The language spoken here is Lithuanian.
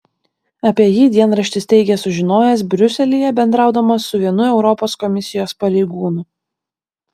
apie jį dienraštis teigia sužinojęs briuselyje bendraudamas su vienu europos komisijos pareigūnu